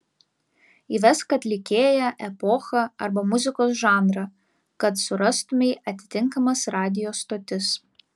įvesk atlikėją epochą arba muzikos žanrą kad surastumei atitinkamas radijo stotis